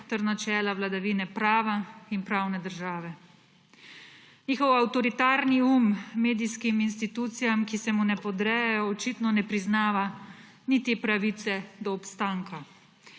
ter načela vladavine prava in pravne države. Njihov avtoritarni um medijskim institucijam, ki se mu ne podrejajo očitno ne priznava niti pravice do obstanka.